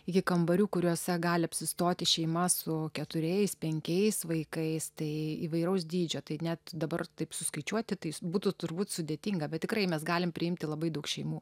iki kambarių kuriuose gali apsistoti šeima su keturiais penkiais vaikais tai įvairaus dydžio tai net dabar taip suskaičiuoti tai būtų turbūt sudėtinga bet tikrai mes galim priimti labai daug šeimų